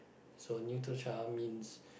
so neutral child means